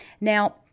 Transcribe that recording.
Now